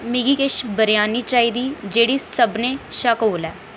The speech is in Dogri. मिगी किश बिरयानी चाहिदी जेह्ड़ी सभनें शा कोल ऐ